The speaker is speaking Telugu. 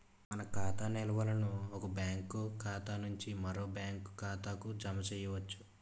తన ఖాతా నిల్వలను ఒక బ్యాంకు ఖాతా నుంచి మరో బ్యాంక్ ఖాతాకు జమ చేయవచ్చు